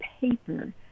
paper